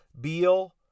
Beal